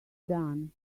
done